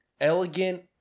elegant